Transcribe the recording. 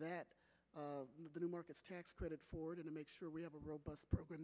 that the new markets tax credit for to make sure we have a robust program